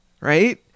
right